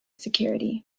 security